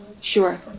Sure